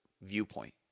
viewpoint